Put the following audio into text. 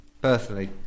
Personally